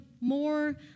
more